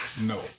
No